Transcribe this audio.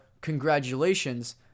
congratulations